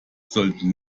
sollten